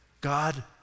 God